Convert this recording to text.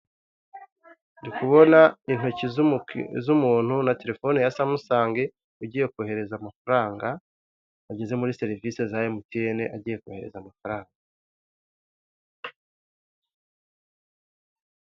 Ndi kubona intoki z'umuntu, na telefone ya samusange ugiye kohereza amafaranga, ageze muri serivisi za MTN agiye kohereza amafaranga.